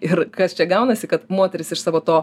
ir kas čia gaunasi kad moterys iš savo to